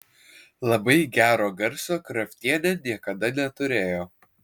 labai gero garso kraftienė niekada neturėjo